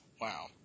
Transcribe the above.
wow